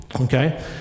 Okay